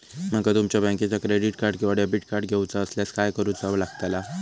माका तुमच्या बँकेचा क्रेडिट कार्ड किंवा डेबिट कार्ड घेऊचा असल्यास काय करूचा लागताला?